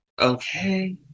Okay